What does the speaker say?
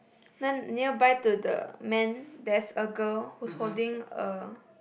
then nearby to the man there's a girl who's holding a